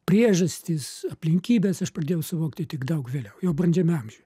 priežastis aplinkybes aš pradėjau suvokti tik daug vėliau jau brandžiame amžiuj